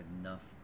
enough